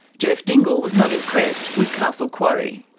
geoff dingle was not impressed with castle quarry.